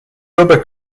rubber